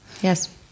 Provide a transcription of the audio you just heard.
Yes